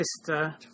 sister